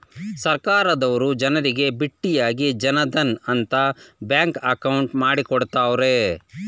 ಸರ್ಕಾರದವರು ಜನರಿಗೆ ಬಿಟ್ಟಿಯಾಗಿ ಜನ್ ಧನ್ ಅಂತ ಬ್ಯಾಂಕ್ ಅಕೌಂಟ್ ಮಾಡ್ಕೊಡ್ತ್ತವ್ರೆ